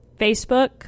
facebook